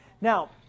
Now